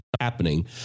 happening